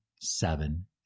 seven